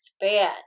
expand